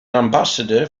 ambassador